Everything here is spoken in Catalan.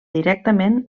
directament